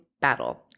battle